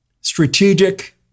strategic